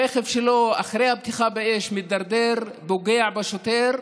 הרכב שלו, אחרי הפתיחה באש, מידרדר, פוגע בשוטר,